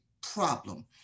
problem